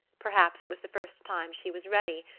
perhaps it was the first time she was ready,